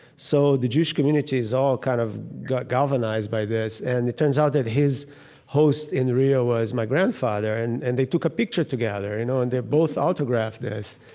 so the jewish community is all kind of galvanized by this. and it turns out that his host in rio was my grandfather, and and they took a picture together, you know and they both autographed this.